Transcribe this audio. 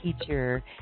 teacher